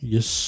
Yes